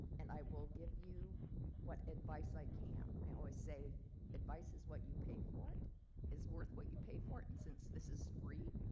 and i will give you you what advice i can. i always say advice is what you pay for it is worth what you pay for it and since this is free,